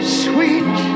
sweet